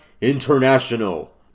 International